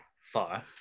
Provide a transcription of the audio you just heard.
far